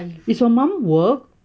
is your mum work